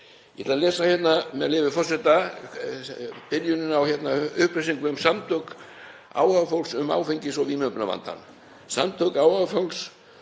Ég ætla að lesa hérna, með leyfi forseta, úr upplýsingum um Samtök áhugafólks um áfengis- og vímuefnavandann. „Samtök áhugafólks